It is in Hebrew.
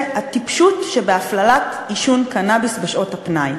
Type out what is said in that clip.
הטיפשות שבהפללת עישון קנאביס בשעות הפנאי.